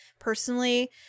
Personally